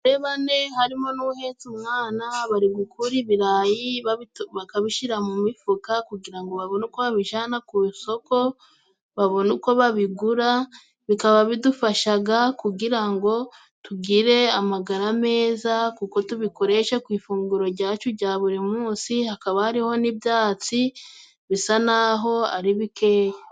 Abagore bane harimo n'uhetse umwana, bari gukura ibirayi bakabishyira mu mifuka, kugira babone uko babijanana ku isoko babona uko babigura, bikaba bidufashaga kugira ngo tugire amagara meza, kuko tubikoresha ku ifunguro jyacu jya buri munsi, hakaba hariho n'ibyatsi bisa n'aho ari bikeya.